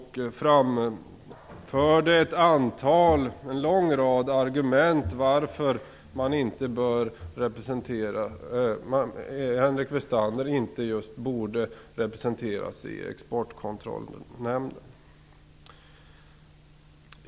Han framförde en lång rad argument för att Henrik Westander inte borde representeras i Exportkontrollrådet.